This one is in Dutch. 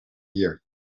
hier